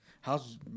how's